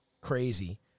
crazy